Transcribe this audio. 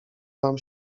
wam